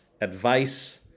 Advice